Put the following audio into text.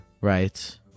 right